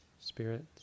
spirits